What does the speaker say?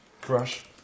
crush